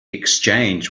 exchange